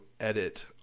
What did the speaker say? edit